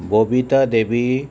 Babita Devi